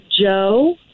Joe